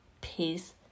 peace